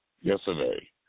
yesterday